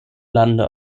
lande